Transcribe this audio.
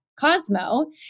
Cosmo